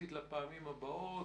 יחסית לפעמים הקודמות,